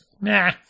nah